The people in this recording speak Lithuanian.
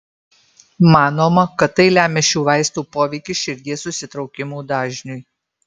manoma kad tai lemia šių vaistų poveikis širdies susitraukimų dažniui